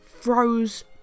froze